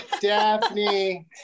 Daphne